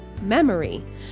memory